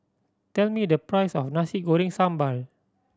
tell me the price of Nasi Goreng Sambal